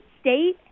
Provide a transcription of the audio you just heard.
state